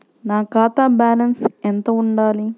నా ఖాతా బ్యాలెన్స్ ఎంత ఉండాలి?